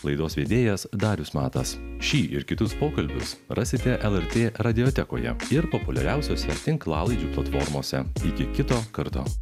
laidos vedėjas darius matas šį ir kitus pokalbius rasite lrt radiotekoje ir populiariausiose tinklalaidžių platformose iki kito karto